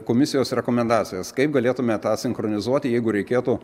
komisijos rekomendacijas kaip galėtume tą sinchronizuoti jeigu reikėtų